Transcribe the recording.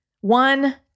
One